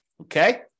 Okay